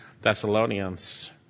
Thessalonians